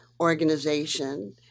organization